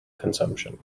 consumption